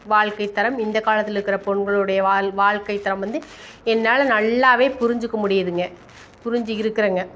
வாழ்க்கைத் தரம் இந்த காலத்தில் இருக்கிற பெண்களுடைய வாழ் வாழ்க்கைத் தரம் வந்து என்னால் நல்லாவே புரிஞ்சுக்க முடியுதுங்க புரிஞ்சு இருக்கிறேங்க